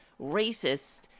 racist